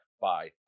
Bye